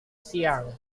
siang